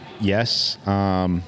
yes